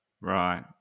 Right